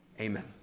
Amen